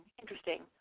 interesting